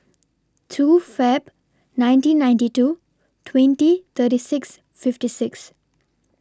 two Feb nineteen ninety two twenty thirty six fifty six